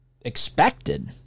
expected